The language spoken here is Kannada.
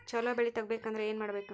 ಛಲೋ ಬೆಳಿ ತೆಗೇಬೇಕ ಅಂದ್ರ ಏನು ಮಾಡ್ಬೇಕ್?